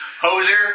Hoser